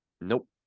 Nope